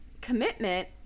commitment